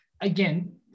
again